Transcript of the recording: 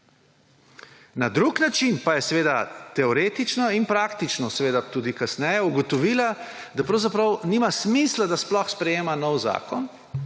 Na drug način pa je teoretično in praktično kasneje ugotovila, da pravzaprav nima smisla, da sploh sprejema nov zakon,